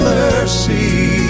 mercy